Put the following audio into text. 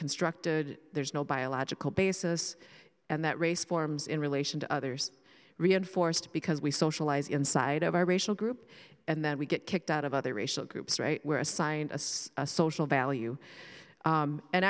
constructed there's no biological basis and that race forms in relation to others reinforced because we socialize inside of our racial group and then we get kicked out of other racial groups right were assigned as a social value